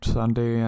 Sunday